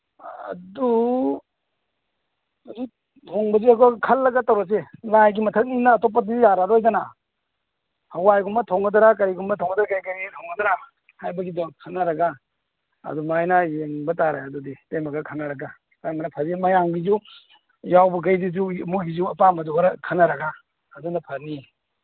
ꯑꯗꯨ ꯑꯗꯨ ꯊꯣꯡꯕꯁꯦ ꯉꯥꯏꯈꯣ ꯈꯜꯂꯒ ꯇꯧꯔꯁꯦ ꯂꯥꯏꯒꯤ ꯃꯊꯛꯅꯤꯅ ꯑꯇꯣꯞꯄꯗꯤ ꯌꯥꯔꯔꯣꯏꯗꯅ ꯍꯋꯥꯏꯒꯨꯝꯕ ꯊꯣꯡꯒꯗ꯭ꯔꯥ ꯀꯔꯤꯒꯨꯝꯕ ꯊꯣꯡꯒꯗ꯭ꯔꯥ ꯀꯔꯤ ꯀꯔꯤ ꯊꯣꯡꯒꯗ꯭ꯔꯥ ꯍꯥꯏꯕꯒꯤꯗꯣ ꯈꯟꯅꯔꯒ ꯑꯗꯨꯃꯥꯏꯅ ꯌꯦꯡꯕ ꯇꯥꯔꯦ ꯑꯗꯨꯗꯤ ꯏꯇꯩꯃꯒ ꯈꯟꯅꯔꯒ ꯀꯔꯝꯕꯅ ꯐꯒꯦ ꯃꯌꯥꯝꯒꯤꯁꯨ ꯌꯥꯎꯕꯒꯩꯗꯨꯁꯨ ꯃꯣꯏꯁꯨ ꯑꯄꯥꯝꯕꯗꯨ ꯈꯔ ꯈꯟꯅꯔꯒ ꯑꯗꯨꯅ ꯐꯅꯤ